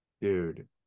Dude